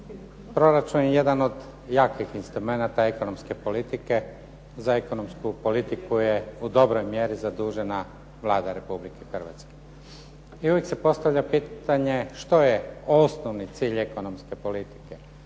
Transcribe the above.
Proračun je jedan od jakih instrumenata ekonomske politike. Za ekonomsku politiku je u dobroj mjeri zadužena Vlada Republike Hrvatske. I uvijek se postavlja pitanje što je osnovni cilj ekonomske politike